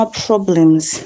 problems